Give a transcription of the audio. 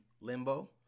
Limbo